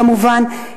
כמובן.